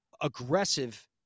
aggressive